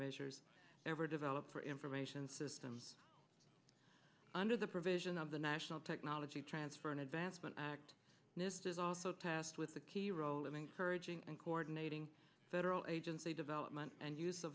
measures ever developed for information systems under the provision of the national technology transfer and advancement act this is also passed with a key role and encourage and coordinating federal agency development and use